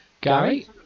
Gary